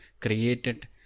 created